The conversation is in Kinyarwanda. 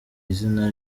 izina